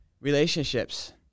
relationships